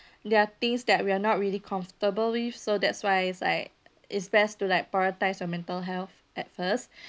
there are things that we are not really comfortable with so that's why it's like it's best to like prioritise our mental health at first